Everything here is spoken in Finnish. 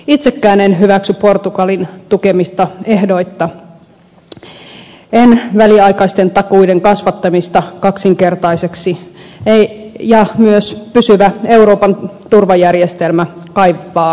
itsekään en hyväksy portugalin tukemista ehdoitta en väliaikaisten takuiden kasvattamista kaksinkertaisiksi ja myös pysyvä euroopan turvajärjestelmä kaipaa uudistuksia